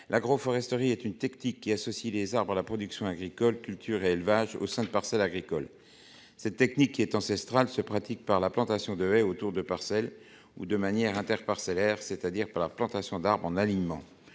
l'agroforesterie est une tactique qui associe les arbres à la production agricole, cultures et élevage au sein de parcelles agricoles cette technique qui est ancestrale se pratique par la plantation de haies autour de parcelles ou de manière inter-parcellaire, c'est-à-dire par la plantation d'arbres en alignement,